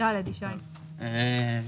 אנחנו בעמוד 6 למעלה.